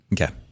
Okay